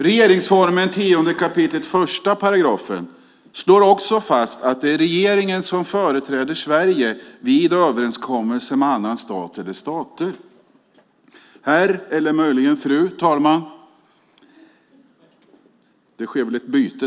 Regeringsformen 10 kap. 1 § slår fast att det är regeringen som företräder Sverige vid överenskommelse med annan stat eller stater. Fru talman!